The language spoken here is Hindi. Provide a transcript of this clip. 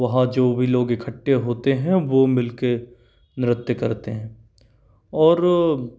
वहाँ जो भी लोग इखट्टे होते हैं वो मिलके नृत्य करते हैं और